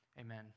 Amen